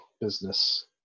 business